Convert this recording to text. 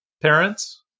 parents